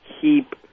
keep